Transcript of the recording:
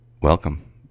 Welcome